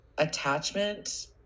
attachment